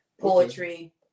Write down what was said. Poetry